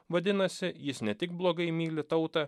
vadinasi jis ne tik blogai myli tautą